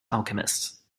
alchemists